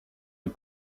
les